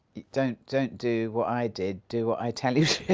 don't. don't do what i did, do what i tell you,